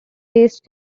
based